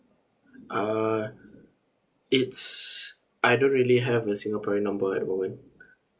uh it's I don't really have a singaporean number at the moment